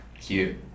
Cute